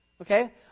Okay